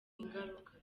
ingaruka